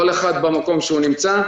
כל אחד במקום שבו הוא נמצא.